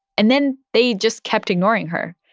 and then they just kept ignoring her.